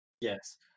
Yes